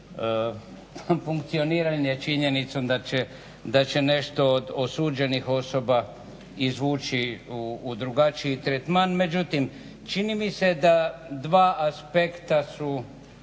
funkcioniranje činjenicom da će nešto od osuđenih osoba izvući u drugačiji tretman. Međutim čini mi se da dva aspekta su